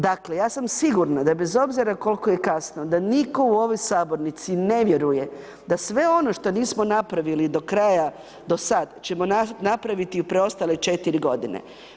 Dakle, ja sam sigurna da bez obzira koliko je kasno da niko u ovoj sabornici ne vjeruje da sve ono što nismo napravili do kraja do sad ćemo napraviti u preostale 4 godine.